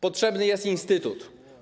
Potrzebny jest instytut.